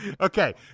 Okay